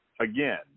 Again